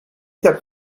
that